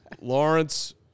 Lawrence